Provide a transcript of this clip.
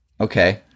Okay